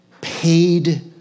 paid